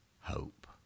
hope